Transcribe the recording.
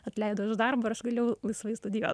atleido iš darbo ir aš galėjau laisvai studijuot